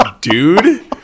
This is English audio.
dude